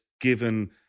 given